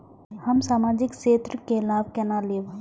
हम सामाजिक क्षेत्र के लाभ केना लैब?